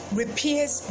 repairs